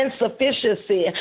insufficiency